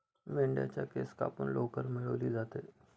मेंढ्यांच्या केस कापून लोकर मिळवली जाते